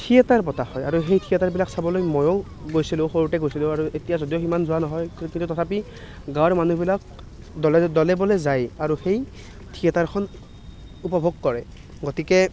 theatre পতা হয় আৰু সেই থিয়েটাৰবিলাক চাবলৈ ময়ো গৈছিলোঁ সৰুতে গৈছিলোঁ আৰু এতিয়া যদিও সিমান যোৱা নহয় কিন্তু তথাপি গাঁৱৰ মানুহবিলাক দলেবলে যায় আৰু সেই থিয়েটাৰখন উপভোগ কৰে গতিকে